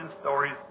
stories